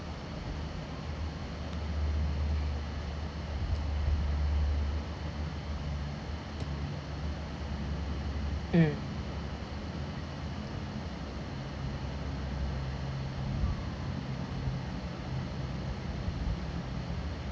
mm